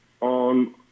on